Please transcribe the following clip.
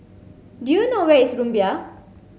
do you know where is Rumbia